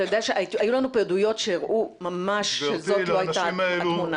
היו לנו פה עדויות שהראו לנו ממש שזאת לא הייתה התמונה.